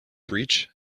breach